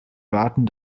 warten